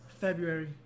February